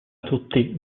tutti